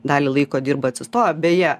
dalį laiko dirba atsistoję beje